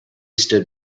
stood